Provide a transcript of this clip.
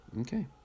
Okay